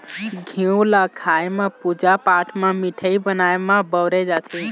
घींव ल खाए म, पूजा पाठ म, मिठाई बनाए म बउरे जाथे